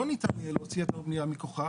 לא ניתן יהיה להוציא היתר בנייה מכוחה